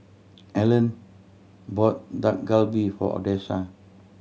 Allyn bought Dak Galbi for Odessa